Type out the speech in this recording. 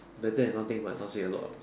the debt is nothing but not say a lot also